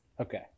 Okay